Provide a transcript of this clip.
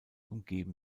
umgeben